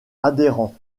adhérents